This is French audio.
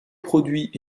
produit